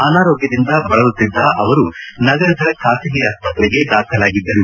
ಅನಾರೋಗ್ದದಿಂದ ಬಳಲುತ್ತಿದ್ದ ಅವರು ನಗರದ ಖಾಸಗಿ ಆಸ್ಪತ್ತೆಗೆ ದಾಖಲಾಗಿದ್ದರು